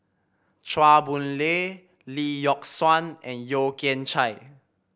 Chua Boon Lay Lee Yock Suan and Yeo Kian Chai